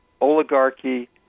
oligarchy